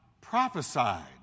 prophesied